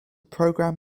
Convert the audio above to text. program